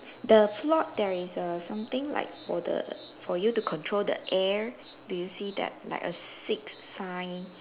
the float there is err something like for the for you to control the air do you see that like a six sign